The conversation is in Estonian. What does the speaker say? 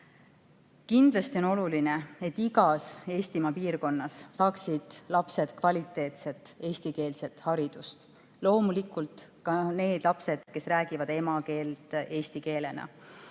Kindlasti on oluline, et igas Eestimaa piirkonnas saaksid lapsed kvaliteetset eestikeelset haridust, loomulikult ka need lapsed, kes räägivad emakeelena eesti keelt.